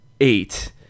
eight